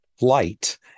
light